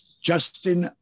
Justin